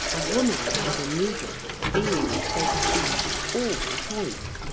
a woman is a needle being, so to speak, all point,